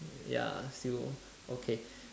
ya if you okay